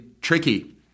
tricky